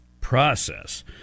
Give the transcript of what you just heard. process